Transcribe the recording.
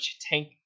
tank